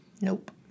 Nope